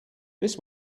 this